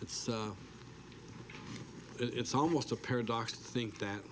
it's it's almost a paradox think that